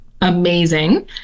amazing